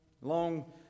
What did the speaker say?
long